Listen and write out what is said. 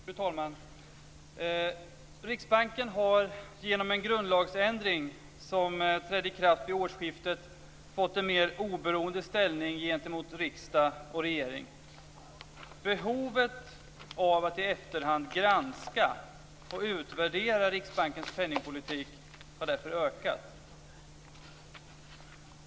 Fru talman! Riksbanken har genom en grundlagsändring som trädde i kraft vid årsskiftet fått en mer oberoende ställning gentemot riksdag och regering. Behovet av att i efterhand granska och utvärdera Riksbankens penningpolitik har därför ökat.